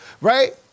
right